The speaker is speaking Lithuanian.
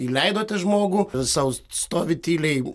įleidote žmogų sau stovi tyliai